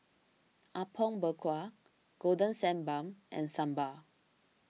Apom Berkuah Golden Sand Bun and Sambal